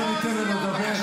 בואו ניתן לו לדבר.